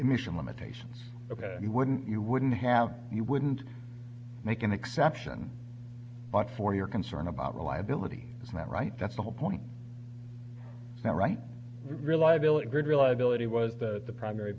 emission limitation you wouldn't you wouldn't have you wouldn't make an exception but for your concern about reliability it's not right that's the whole point it's not right reliability good reliability was that the primary